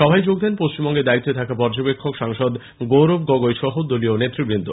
সভায় যোগ দেন পশ্চিমবঙ্গের দায়িত্বে থাকা পর্যবেক্ষক সাংসদ গৌরব গগৈ সহ দলীয় নেতৃবৃন্দ